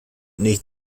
nicht